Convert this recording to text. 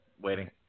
Waiting